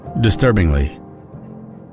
Disturbingly